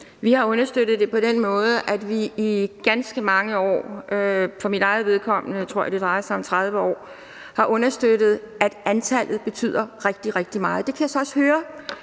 Vi har understøttet det på den måde, at vi i ganske mange år – for mit eget vedkommende tror jeg at det drejer sig om 30 år – har understøttet, at antallet betyder rigtig, rigtig meget. Det kan jeg så også høre